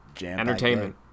entertainment